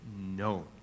No